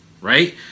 right